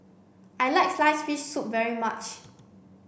I like sliced fish soup very much